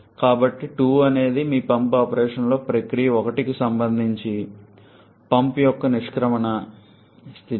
కాబట్టి 2 అనేది మీ పంప్ ఆపరేషన్ ప్రక్రియ 1కి సంబంధించిన పంప్ యొక్క నిష్క్రమణ స్థితి